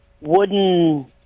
wooden